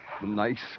Nice